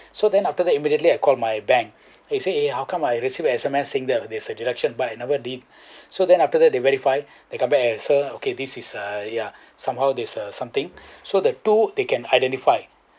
you know so then after that immediately I called my bank eh say how come I received S_M_S saying that there's a deduction but I never did so then after that they verify they come back and sir okay this is uh yeah somehow this uh something so the two they can identify